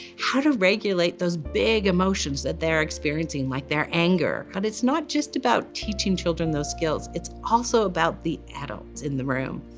how to regulate those big emotions that they're experiencing, like their anger. but it's not just about teaching children those skills, it's also about the adults in the room.